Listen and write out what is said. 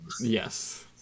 Yes